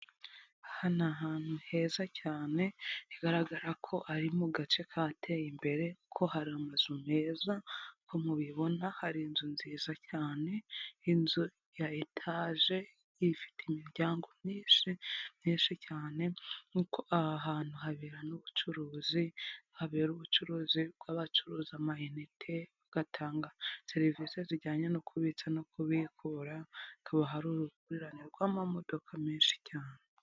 Aha ni ahantu heza cyane, bigaragara ko ari mu gace kateye imbere kuko hari amazu meza, nkuko mubibona hari inzu nziza cyane, inzu ya etage ifite imiryango myinshi myinshi cyane kuko aha hantu habera n'ubucuruzi, habera ubucuruzi bw'abacuruza amayinite, bagatanga serivisi zijyanye no kubitsa no kubikura, hakaba uruhurirane rw'amamodoka menshi cyane.